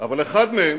אבל אחד מהם,